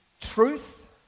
truth